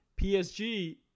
PSG